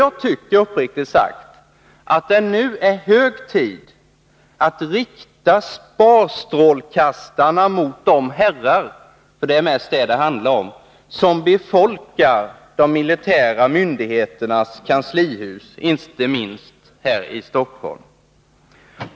Jag tycker uppriktigt sagt att det nu är hög tid att vi riktar sparstrålkastarna mot de herrar, för det är mest herrar det handlar om, som befolkar de militära myndigheternas kanslier, inte minst här i Stockholm.